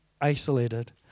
isolated